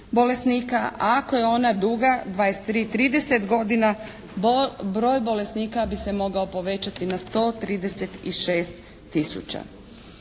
ako je ona duga 23-30 godina broj bolesnika bi se mogao povećati na 136